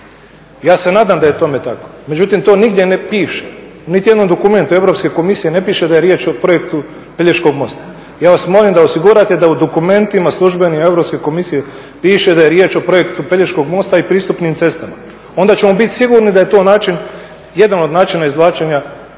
Ja se nadam da je tome tako, međutim to nigdje ne pište. Niti u jednom dokumentu Europske komisije ne piše da je riječ o projektu Pelješkog mosta. Ja vas molim da osigurate da u dokumentima službenim Europske komisije piše da je riječ o projektu Pelješkog mosta i pristupnim cestama, onda ćemo biti sigurni da je to jedan od načina izvlačenja